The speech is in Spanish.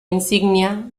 insignia